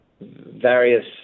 various